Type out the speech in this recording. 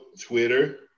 Twitter